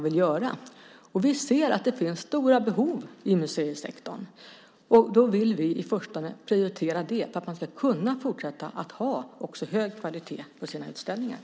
Vi ser att det finns stora behov i museisektorn. Då vill vi i förstone prioritera dem för att de ska kunna fortsätta att ha hög kvalitet på utställningarna.